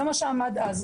זה מה שעמד אז.